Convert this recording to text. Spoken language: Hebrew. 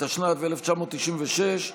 התשנ"ו 1996,